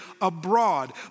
abroad